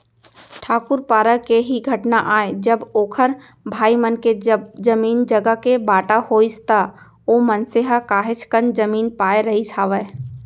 ठाकूर पारा के ही घटना आय जब ओखर भाई मन के जब जमीन जघा के बाँटा होइस त ओ मनसे ह काहेच कन जमीन पाय रहिस हावय